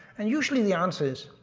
and usually the answer is,